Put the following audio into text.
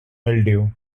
mildew